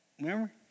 Remember